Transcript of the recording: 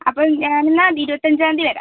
അപ്പം ഞാനെന്നാണ് ഇരുവത്തഞ്ചാന്തി വരാം